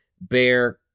bear